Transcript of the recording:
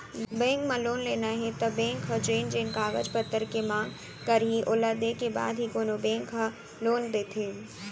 bank म loan लेना हे त बेंक ह जेन जेन कागज पतर के मांग करही ओला देय के बाद ही कोनो बेंक ह लोन देथे